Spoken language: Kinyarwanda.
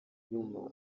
nyuma